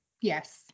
yes